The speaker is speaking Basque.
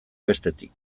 bestetik